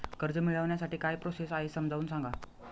कर्ज मिळविण्यासाठी काय प्रोसेस आहे समजावून सांगा